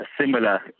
similar